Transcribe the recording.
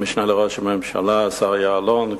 המשנה לראש הממשלה השר יעלון,